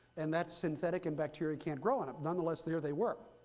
and that's synthetic, and bacteria can't grow on it. nonetheless, there they were.